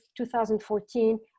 2014